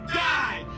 die